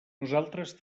nosaltres